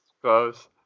close